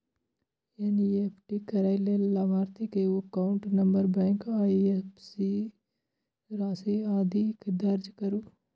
NEFT करै लेल लाभार्थी के एकाउंट नंबर, बैंक, आईएपएससी, राशि, आदि दर्ज करू